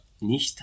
nicht